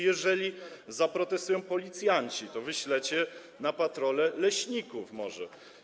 Jeżeli zaprotestują policjanci, to wyślecie na patrole leśników może?